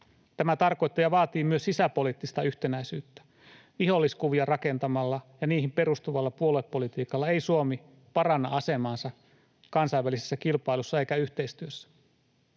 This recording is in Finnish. Tämä tarkoittaa ja vaatii myös sisäpoliittista yhtenäisyyttä. Viholliskuvia rakentamalla ja niihin perustuvalla puoluepolitiikalla ei Suomi paranna asemaansa kansainvälisessä kilpailussa eikä yhteistyössä.